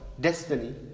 destiny